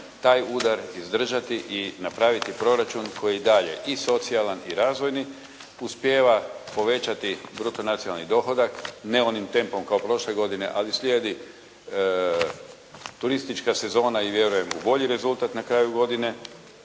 taj udar izdržati i napraviti proračun koji je i dalje i socijalan i razvojni, uspijeva povećati bruto nacionalni dohodak, ne onim tempom kao prošle godine, ali slijedi turistička sezona i vjerujem u bolji rezultat na kraju godine.